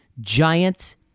Giants